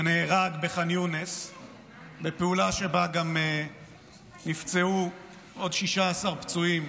שנהרג בח'אן יונס בפעולה שבה גם נפצעו עוד 16 פצועים,